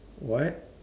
what